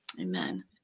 amen